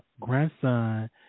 grandson